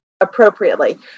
appropriately